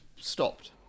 stopped